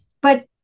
but-